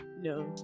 no